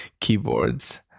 keyboards